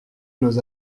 nos